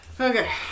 Okay